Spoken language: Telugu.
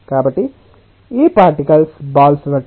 కాబట్టి ఈ పార్టికల్స్ బాల్స్ వంటివి